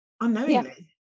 unknowingly